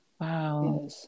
Wow